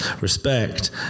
respect